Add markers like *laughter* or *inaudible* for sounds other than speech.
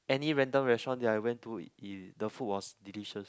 any random restaurant that I went to *noise* the food was delicious